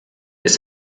ist